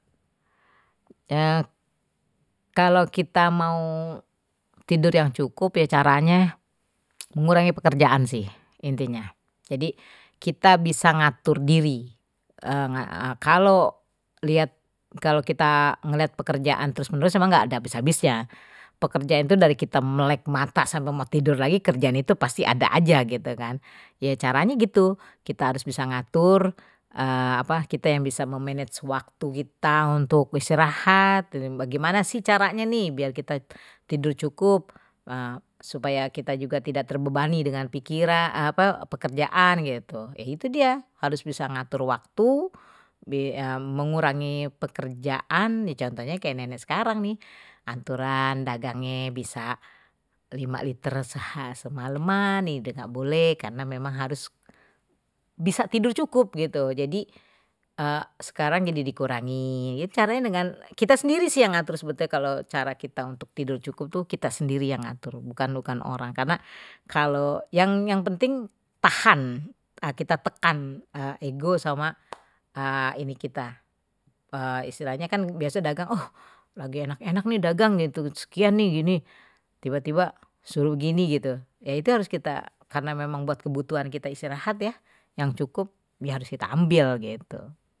kalau kita mau tidur yang cukup ya caranya mengurangi pekerjaan sih intinya jadi kita bisa ngatur diri kalau lihat kalau kita melihat pekerjaan terus-menerus emang nggak ada habis-habis ya pekerjaan itu dari kita melek mata sampai mau tidur lagi kerjaan itu pasti ada aja gitu kan ya caranya gitu kita harus bisa ngatur apa kita yang bisa memanage waktu kita untuk istirahat bagaimana sih caranya nih biar kita tidur cukup supaya kita juga tidak terbebani dengan pikiran apa pekerjaan gitu ya itu dia harus bisa ngatur waktu mengurangi pekerjaan ya contohnya kayak nenek sekarang nih aturan dagange bisa 5 liter semalaman ini udah enggak boleh karena memang harus bisa tidur cukup gitu jadi sekarang jadi dikurangin caranya dengan kita sendiri sih yang ngatur sebetulnya kalau cara kita untuk tidur cukup tuh kita sendiri yang ada bukan bukan orang karena kalau yang yang penting tahan kita tekan ego sama ini kita istilahnya kan biasa dagang oh lagi enak-enak nih dagang gitu sekian nih gini tiba-tiba suruh gini gitu ya itu harus kita karena memang buat kebutuhan kita istirahat ya yang cukup biar harus kita ambil gitu.